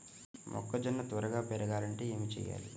మొక్కజోన్న త్వరగా పెరగాలంటే ఏమి చెయ్యాలి?